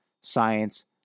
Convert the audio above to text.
science